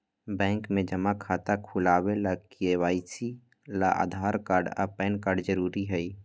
bank में जमा खाता खुलावे ला के.वाइ.सी ला आधार कार्ड आ पैन कार्ड जरूरी हई